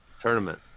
tournament